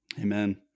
Amen